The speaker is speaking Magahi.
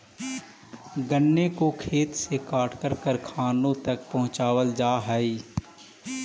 गन्ने को खेत से काटकर कारखानों तक पहुंचावल जा हई